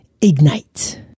ignite